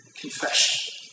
confession